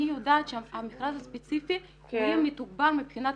אני יודעת שהמכרז הספציפי יהיה מתוגבר מבחינת